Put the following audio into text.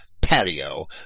patio